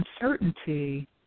uncertainty